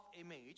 image